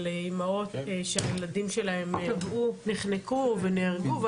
על אמהות שהילדים שלהם נחנקו ונהרגו,